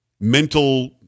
mental